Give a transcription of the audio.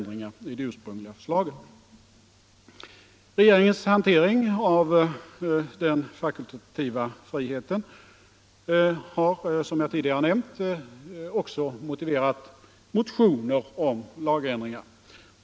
Där står: Regeringens hantering av den fakultativa friheten har, som jag tidgare nämnt, också motiverat motioner om lagändringar.